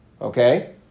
okay